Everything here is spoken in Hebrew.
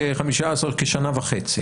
כשנה וחצי.